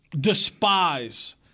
despise